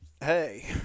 hey